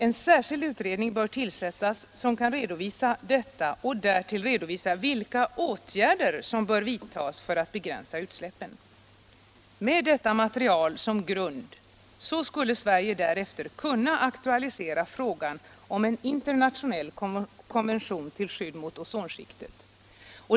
En särskild utredning bör tillsättas, som kan redovisa detta och därtill redovisa vilka åtgärder som bör vidtas för att begränsa utsläppen. Med detta material som grund skulle Sverige därefter kunna aktualisera frågan om en internationell konvention till skydd för ozonskiktet.